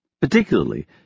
particularly